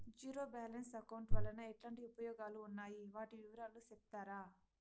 Zero balance account వలన ఎట్లాంటి ఉపయోగాలు ఉన్నాయి? వాటి వివరాలు సెప్తారా?